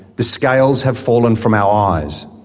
the scales have fallen from our eyes.